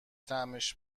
طعمش